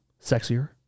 Sexier